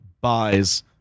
buys